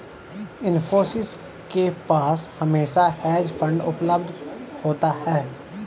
इन्फोसिस के पास हमेशा हेज फंड उपलब्ध होता है